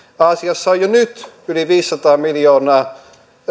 aasiassa on jo nyt yli viisisataa miljoonaa